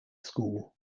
school